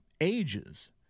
ages